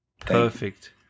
Perfect